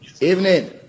Evening